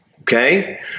okay